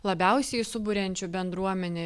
labiausiai suburiančiu bendruomenę